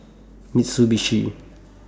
Mitsubishi